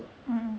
mmhmm